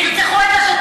תפסיקי כבר.